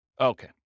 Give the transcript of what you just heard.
Okay